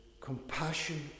compassion